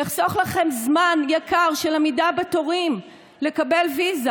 ויחסוך לכם זמן יקר של עמידה בתורים לקבל ויזה.